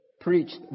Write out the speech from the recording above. preached